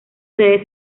sede